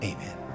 Amen